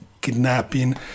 kidnapping